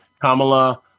Kamala